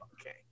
Okay